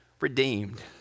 redeemed